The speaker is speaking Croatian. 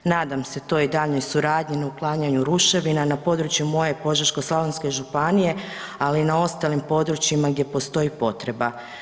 Nadam se toj daljnoj suradnji na uklanjanju ruševina na području moje Požeško-slavonske županije, ali i na ostalim područjima gdje postoji potreba.